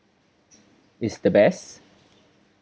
is the best